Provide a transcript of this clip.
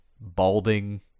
balding